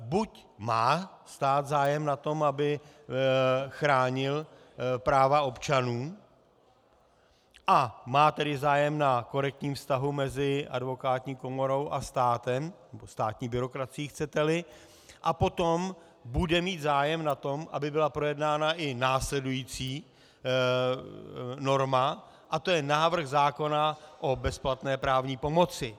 Buď má stát zájem na tom, aby chránil práva občanů, a má tedy zájem na korektním vztahu mezi advokátní komorou a státem, nebo státní byrokracií, chceteli, a potom bude mít zájem na tom, aby byla projednána i následující norma a tou je návrh zákona o bezplatné právní pomoci.